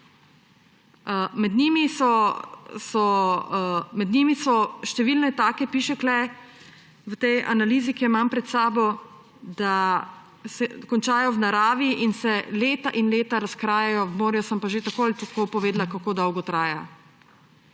take, piše tu v tej analizi, ki jo imam pred sabo, da končajo v naravi in se leta in leta razkrajajo, v morju sem pa že tako ali tako povedala, kako dolgo traja.